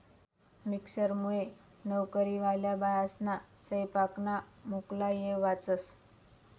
मिक्सरमुये नवकरीवाल्या बायास्ना सैपाकना मुक्ला येय वाचस